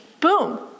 boom